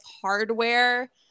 hardware